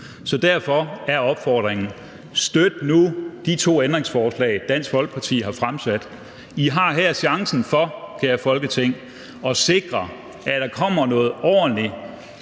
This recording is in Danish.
Derfor er opfordringen: Støt nu de to ændringsforslag, Dansk Folkeparti har stillet. I har her chancen, kære Folketing, for at sikre, at der kommer noget ordentlig,